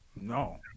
No